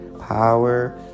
power